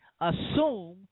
assume